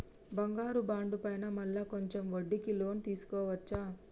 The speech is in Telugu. బంగారు బాండు పైన మళ్ళా కొంచెం వడ్డీకి లోన్ తీసుకోవచ్చా?